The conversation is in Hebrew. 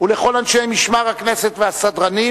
ולכל אנשי משמר הכנסת והסדרנים,